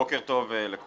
בוקר טוב לכולם,